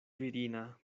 virina